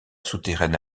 souterraine